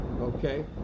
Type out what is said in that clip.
okay